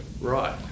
Right